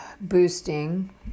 boosting